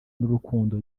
n’urukundo